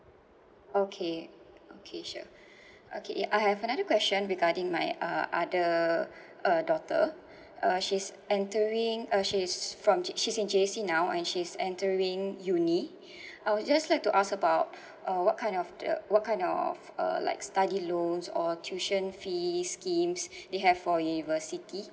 okay okay sure okay I have another question regarding my uh other uh daughter uh she's entering uh she's from she she's in J_C now and she's entering uni I would just like to ask about uh what kind of the what kind of uh like study loans or tuition fees schemes they have for university